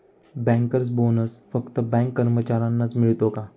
Bankers bonus फक्त bank कर्मचाऱ्यांनाच मिळतो का?